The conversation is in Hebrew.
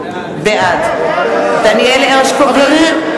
בעד חברים,